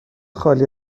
خالی